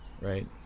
right